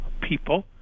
people